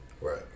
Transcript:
Right